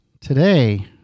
Today